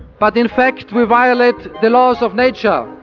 but in fact we violate the laws of nature.